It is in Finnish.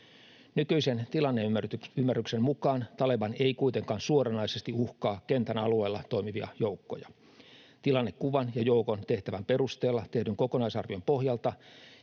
Nykyisen tilanneymmärryksen mukaan Taliban ei kuitenkaan suoranaisesti uhkaa kentän alueella toimivia joukkoja. Tilannekuvan ja joukon tehtävän perusteella tehdyn kokonaisarvion pohjalta